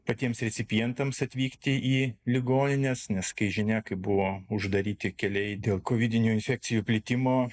patiems recipientams atvykti į ligonines nes kai žinia kai buvo uždaryti keliai dėl kovidinių infekcijų plitimo